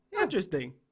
Interesting